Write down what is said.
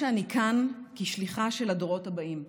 אני מרגישה שאני כאן כשליחה של הדורות הבאים,